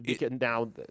now